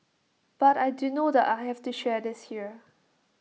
but I do know that I have to share this here